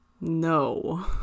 No